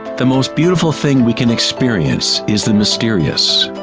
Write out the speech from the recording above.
the most beautiful thing we can experience is the mysterious.